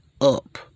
up